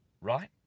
right